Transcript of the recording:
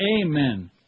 Amen